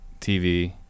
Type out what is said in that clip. TV